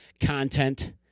content